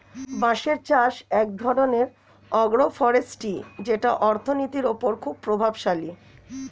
বাঁশের চাষ এক ধরনের আগ্রো ফরেষ্ট্রী যেটা অর্থনীতির ওপর খুবই প্রভাবশালী